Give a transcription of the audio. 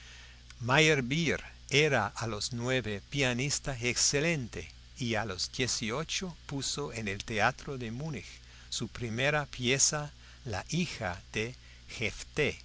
era a los nueve pianista excelente y a los dieciocho puso en el teatro de munich su primera pieza la hija de